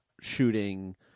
shooting